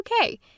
okay